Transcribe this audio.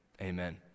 Amen